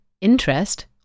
interest